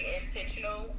intentional